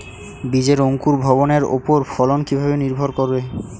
বীজের অঙ্কুর ভবনের ওপর ফলন কিভাবে নির্ভর করে?